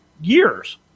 years